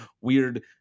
weird